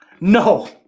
no